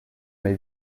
may